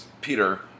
Peter